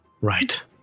Right